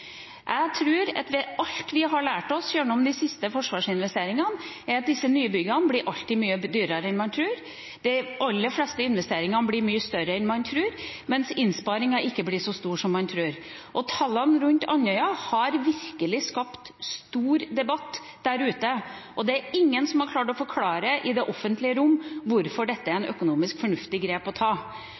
Jeg tror at det vi har lært gjennom de siste forsvarsinvesteringene, er at disse nybyggene alltid blir mye dyrere enn man tror. De aller fleste investeringene blir mye større enn man tror, mens innsparingen ikke blir så stor som man tror. Tallene rundt Andøya flystasjon har virkelig skapt stor debatt der ute. Det er ingen som har klart å forklare i det offentlige rom hvorfor dette er et økonomisk fornuftig grep å ta.